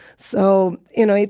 so you know,